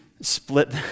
split